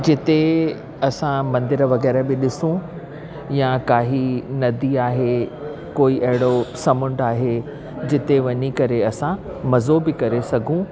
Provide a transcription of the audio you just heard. जिते असां मंदरु वग़ैरह बि ॾिसूं या काई नदी आहे कोई अहिड़ो समुंडु आहे जिते वञी करे असां मज़ो बि करे सघूं